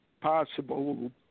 possible